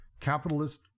capitalist